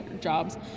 jobs